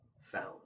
found